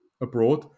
abroad